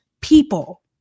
people